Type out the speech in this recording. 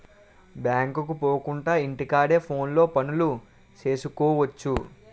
బ్యాంకుకు పోకుండా ఇంటి కాడే ఫోనులో పనులు సేసుకువచ్చు